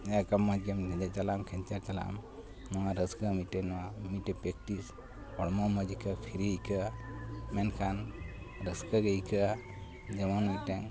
ᱮᱝᱠᱟ ᱢᱚᱡᱜᱮᱢ ᱞᱮᱸᱡᱮᱨ ᱪᱟᱞᱟᱜᱼᱟᱢ ᱠᱷᱮᱝᱪᱮᱨ ᱪᱟᱞᱟᱜᱟᱢ ᱱᱚᱣᱟ ᱨᱟᱹᱥᱠᱟᱹ ᱢᱤᱫᱴᱮᱡ ᱱᱚᱣᱟ ᱢᱤᱫᱴᱮᱡ ᱯᱮᱠᱴᱤᱥ ᱦᱚᱲᱢᱚ ᱢᱚᱡᱽ ᱟᱹᱭᱠᱟᱹᱜᱼᱟ ᱯᱷᱤᱨᱤ ᱟᱹᱭᱠᱟᱹᱜᱼᱟ ᱢᱮᱱᱠᱷᱟᱱ ᱨᱟᱹᱥᱠᱟᱹᱜᱮ ᱟᱹᱭᱠᱟᱹᱜᱼᱟ ᱡᱮᱢᱚᱱ ᱢᱤᱫᱴᱮᱱ